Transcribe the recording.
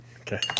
Okay